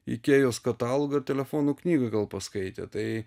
ikėjos katalogą ir telefonų knygą gal paskaitę tai